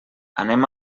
anem